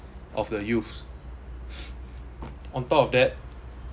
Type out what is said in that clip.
of the youth on top of that